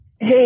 Hey